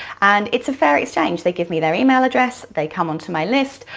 and it's a fair exchange. they give me their email address, they come onto my list.